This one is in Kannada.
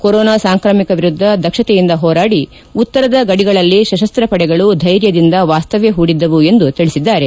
ಕೊರೊನಾ ಸಾಂಕ್ರಾಮಿಕ ವಿರುದ್ದ ದಕ್ಷತೆಯಿಂದ ಹೋರಾದಿ ಉತ್ತರದ ಗಡಿಗಳಲ್ಲಿ ಸಶಸ್ತ್ರಪಡೆಗಳು ಧೈರ್ಯದಿಂದ ವಾಸ್ತವ್ಯ ಹೂಡಿದ್ದವು ಎಂದು ತಿಳಿಸಿದ್ದಾರೆ